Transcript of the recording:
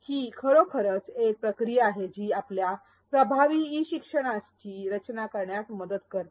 ही खरोखरच एक प्रक्रिया आहे जी आपल्याला प्रभावी ई शिक्षणाची रचना करण्यास मदत करते